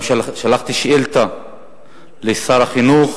גם שלחתי שאילתא לשר החינוך